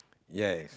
yes